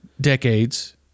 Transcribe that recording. decades